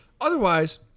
Otherwise